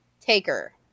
Taker